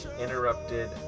interrupted